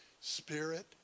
spirit